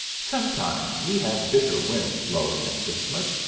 sometimes we have bitter winds blowing at christmas,